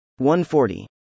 140